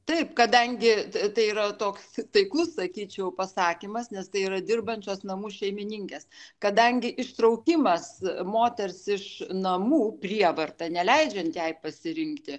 taip kadangi tai yra toks taiklus sakyčiau pasakymas nes tai yra dirbančios namų šeimininkės kadangi ištraukimas moters iš namų prievarta neleidžiant jai pasirinkti